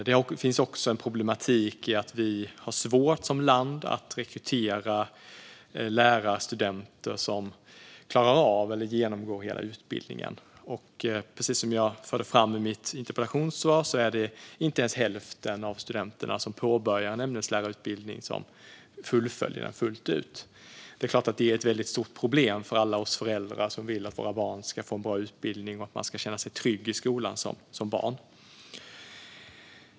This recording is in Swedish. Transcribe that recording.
Det finns också en problematik i att vi som land har svårt att rekrytera lärarstudenter som klarar av eller genomgår hela utbildningen. Precis som jag förde fram i mitt interpellationssvar är det inte ens hälften av de studenter som påbörjar en ämneslärarutbildning som fullföljer hela utbildningen. Det är klart att detta är ett väldigt stort problem för alla oss föräldrar som vill att våra barn ska få en bra utbildning och kunna känna sig trygga i skolan. Herr talman!